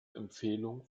empfehlung